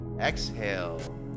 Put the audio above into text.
Exhale